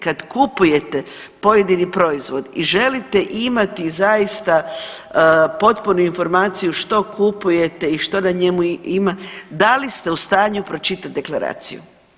Kad kupujete pojedini proizvod i želite imati zaista potpunu informaciju što kupujete i što na njemu ima, da li ste u stanju pročitati deklaraciju?